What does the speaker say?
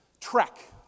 trek